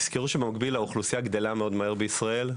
תזכרו שבמקביל האוכלוסייה גדלה מאוד מהר בישראל,